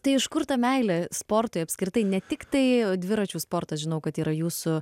tai iš kur ta meilė sportui apskritai ne tik tai dviračių sportas žinau kad yra jūsų